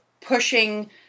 pushing